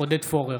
עודד פורר,